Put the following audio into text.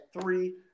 three